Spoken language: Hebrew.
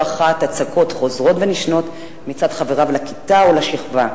אחת הצקות חוזרות ונשנות מצד חבריו לכיתה או לשכבה.